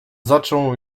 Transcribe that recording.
zaczął